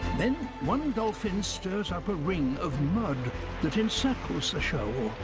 then one dolphin stirs up a ring of mud that encircles the shoal.